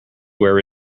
where